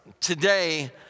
Today